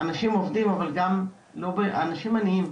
אנשים עובדים, אבל גם אנשים עניים.